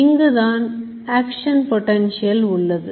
இங்குதான் action potential உள்ளது